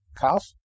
calf